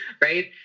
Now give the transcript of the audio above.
right